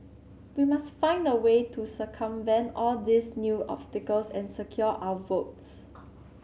we must find a way to circumvent all these new obstacles and secure our votes